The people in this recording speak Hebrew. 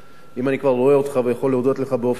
אם אני כבר רואה אותך ויכול להודות לך באופן אישי,